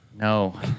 No